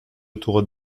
autour